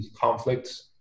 conflicts